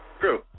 true